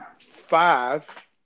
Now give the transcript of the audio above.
five